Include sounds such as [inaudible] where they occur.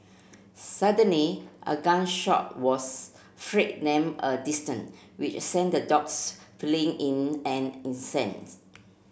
suddenly a gun shot was [unintelligible] a distance which sent the dogs fleeing in an instant